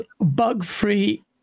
bug-free